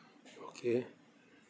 okay